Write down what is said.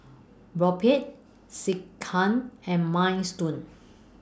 Boribap Sekihan and Minestrone